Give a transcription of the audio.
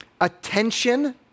attention